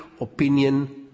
opinion